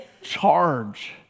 charge